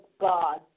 God